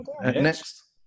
Next